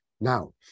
Now